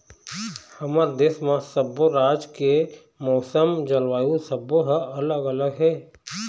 हमर देश म सब्बो राज के मउसम, जलवायु सब्बो ह अलग अलग हे